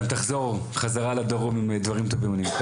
תחזור חזרה לדרום עם דברים טובים אני מקווה.